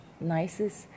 nicest